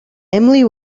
emily